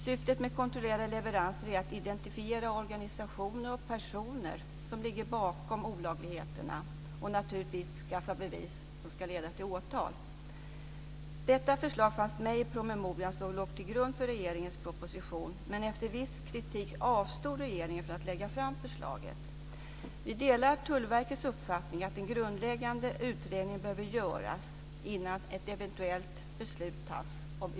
Syftet med kontrollerade leveranser är att identifiera organisationer och personer som ligger bakom olagligheterna och naturligtvis skaffa bevis som ska leda till åtal. Detta förslag fanns med i promemorian som låg till grund för regeringens proposition. Men efter viss kritik avstod regeringen från att lägga fram förslaget. Vi delar Tullverkets uppfattning att en grundläggande utredning behöver göras innan ett eventuellt beslut fattas.